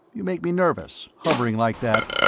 you make me nervous, hovering like that.